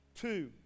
Two